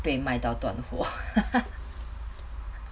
被卖到断货